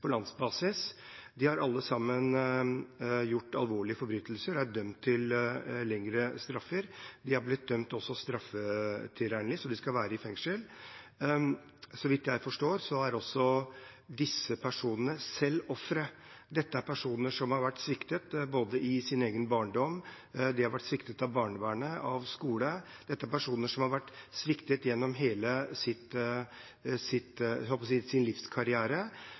på landsbasis. De har alle sammen gjort alvorlige forbrytelser og er dømt til lengre straffer. De har også blitt dømt straffetilregnelige, så de skal være i fengsel. Så vidt jeg forstår, er disse personene selv ofre, dette er personer som har vært sviktet i sin egen barndom, av barnevernet, av skolen. Dette er personer som har vært sviktet gjennom hele